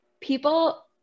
people